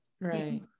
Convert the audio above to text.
right